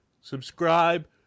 subscribe